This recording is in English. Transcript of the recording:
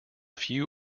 few